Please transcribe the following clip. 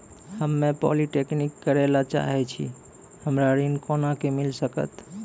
हम्मे पॉलीटेक्निक करे ला चाहे छी हमरा ऋण कोना के मिल सकत?